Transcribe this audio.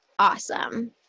Awesome